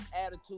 attitude